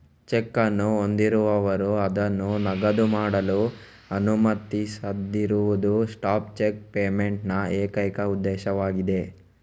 check ಅನ್ನು ಹೊಂದಿರುವವರು ಅದನ್ನು ನಗದು ಮಾಡಲು ಅನುಮತಿಸದಿರುವುದು ಸ್ಟಾಪ್ ಚೆಕ್ ಪೇಮೆಂಟ್ ನ ಏಕೈಕ ಉದ್ದೇಶವಾಗಿದೆ